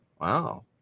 Wow